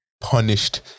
punished